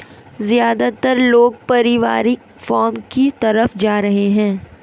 ज्यादातर लोग पारिवारिक फॉर्म की तरफ जा रहै है